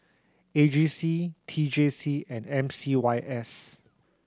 A G C T J C and M C Y S